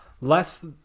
less